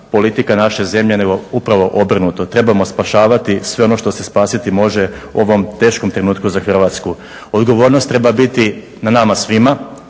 politika naše zemlje nego upravo obrnuto. Trebamo spašavati sve ono što se spasiti može u ovom teškom trenutku za Hrvatsku. Odgovornost treba biti na nama svima.